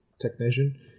technician